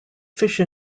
fish